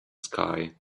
sky